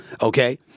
okay